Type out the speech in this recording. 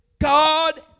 God